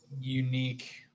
unique